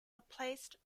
replaced